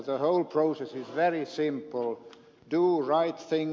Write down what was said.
the whole process is very simple